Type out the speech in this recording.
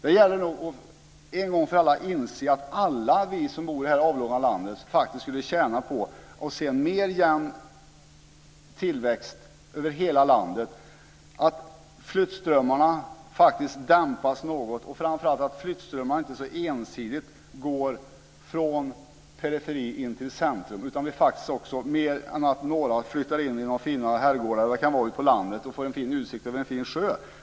Det gäller nog att en gång för alla inse att alla vi som bor i det här avlånga landet faktiskt skulle tjäna på att se en mer jämn tillväxt över hela landet, att flyttströmmarna faktiskt dämpas något och framför allt att flyttströmmarna inte så ensidigt går från periferin in till centrum och att inte bara några flyttar in i de finare herrgårdarna som kan finnas ute på landet för att få en fin utsikt vid en fin sjö.